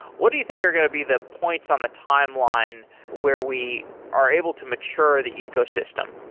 what do you think are going to be the points on the timeline where we are able to mature the ecosystem?